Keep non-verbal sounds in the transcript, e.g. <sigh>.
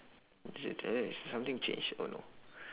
did something change oh no <breath>